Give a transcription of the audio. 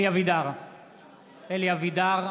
מזכיר הכנסת דן מרזוק: (קורא בשמות חברי הכנסת) אלי אבידר,